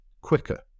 quicker